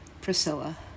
Priscilla